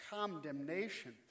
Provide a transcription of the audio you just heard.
condemnation